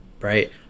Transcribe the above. Right